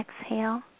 exhale